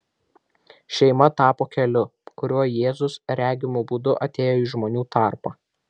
šeima tapo keliu kuriuo jėzus regimu būdu atėjo į žmonių tarpą